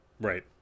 right